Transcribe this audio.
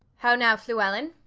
how now fluellen,